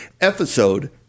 episode